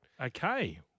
Okay